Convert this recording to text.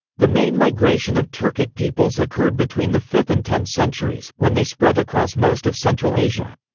the main migration of turkic peoples occurred between the fifth and tenth centuries, when they spread across most of central asia.